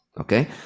Okay